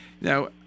Now